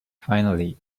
finally